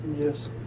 Yes